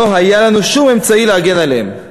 לא היה לנו שום אמצעי להגן עליהם.